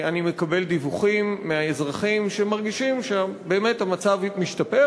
אני מקבל דיווחים מהאזרחים שמרגישים שם שבאמת המצב משתפר.